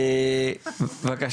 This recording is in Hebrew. כן בבקשה